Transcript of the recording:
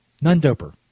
None-doper